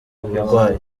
uburwayi